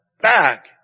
back